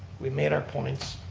we've made our points,